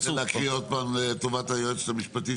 אתה רוצה להקריא עוד פעם לטובת היועצת המשפטית,